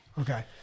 Okay